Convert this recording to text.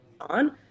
on